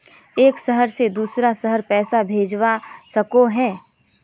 एक शहर से दूसरा शहर पैसा भेजवा सकोहो ही?